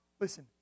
Listen